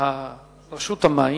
רשות המים,